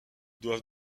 doivent